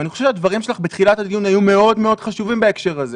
אני חושב שהדברים שלך בתחילת הדיון היו חשובים מאוד בהקשר הזה.